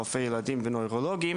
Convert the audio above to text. רופאי ילדים ונוירולוגים.